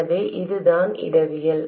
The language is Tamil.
எனவே இதுதான் இடவியல்